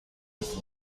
with